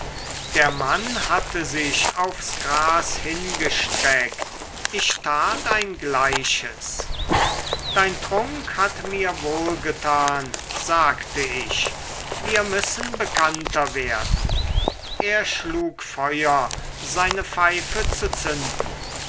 der mann hatte sich aufs gras hingestreckt ich tat ein gleiches dein trunk hat mir wohlgetan sagte ich wir müssen bekannter werden er schlug feuer seine pfeife zu zünden